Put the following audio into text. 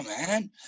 man